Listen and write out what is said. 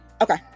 okay